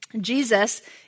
Jesus